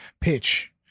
pitch